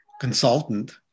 consultant